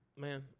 man